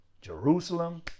Jerusalem